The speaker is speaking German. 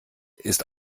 ist